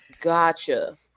Gotcha